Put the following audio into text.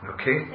Okay